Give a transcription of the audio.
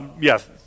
yes